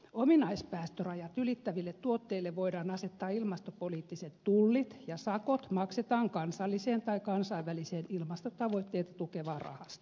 ominaispäästörajat ylittäville tuotteille voidaan asettaa ilmastopoliittiset tullit ja sakot maksetaan kansalliseen tai kansainväliseen ilmastotavoitteita tukevaan rahastoon